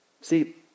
See